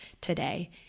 today